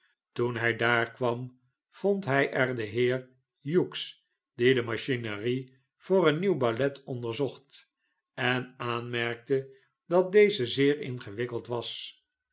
toen hij daar kwam vond hij er den heer hughes die de machinerie voor een nieuw ballet onderzocht en aanmerkte dat deze zeer ingewikkeld was